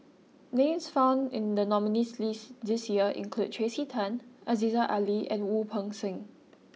names found in the nominees' list this year include Tracey Tan Aziza Ali and Wu Peng Seng